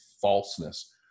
falseness